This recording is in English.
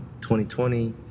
2020